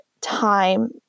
time